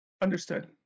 Understood